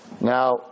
Now